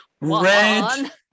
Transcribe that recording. Red